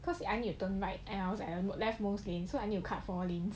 cause you I need to turn right and I also have to look then I so I need to cut all in